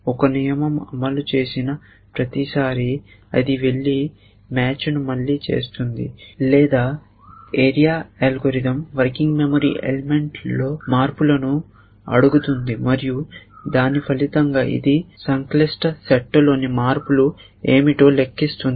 ఒక నియమం అమలు చేసిన ప్రతిసారీ అది వెళ్లి మ్యాచ్ను మళ్లీ చేస్తుంది లేదా ఏరియా అల్గోరిథం వర్కింగ్ మెమరీ ఎలిమెంట్లో మార్పులను అడుగుతుంది మరియు దాని ఫలితంగా ఇది సంక్లిష్ట సెట్లోని మార్పులు ఏమిటో లెక్కిస్తుంది